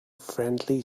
friendly